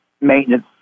maintenance